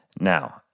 Now